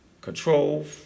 control